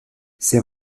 ces